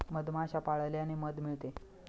मधमाश्या पाळल्याने मध मिळते